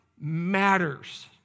matters